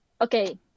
okay